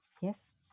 yes